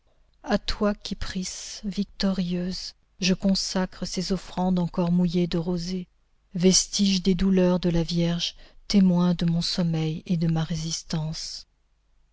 à toi kypris victorieuse je consacre ces offrandes encore mouillées de rosée vestiges des douleurs de la vierge témoins de mon sommeil et de ma résistance